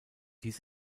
dies